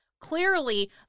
Clearly